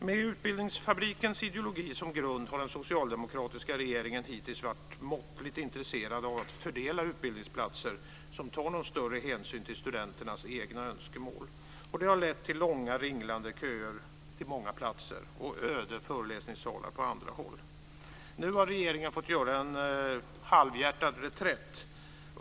Med utbildningsfabrikens ideologi som grund har den socialdemokratiska regeringen hittills varit måttligt intresserad av att fördela utbildningsplatser med någon större hänsyn tagen till studenternas egna önskemål. Det har lett till långa, ringlande köer till många platser och öde föreläsningssalar på andra håll. Nu har regeringen fått göra en halvhjärtad reträtt.